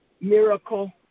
miracle